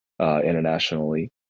internationally